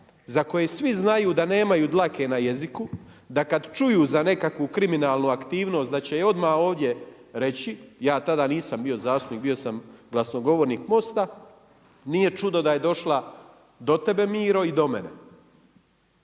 za koje svi znaju da nemaju dlake na jeziku, da kad čuju za nekakvu kriminalnu aktivnost da će je odmah ovdje reći. Ja tada nisam bio zastupnik, bio sam glasnogovornik MOST-a. Nije čudo da je došla do tebe Miro i do mene.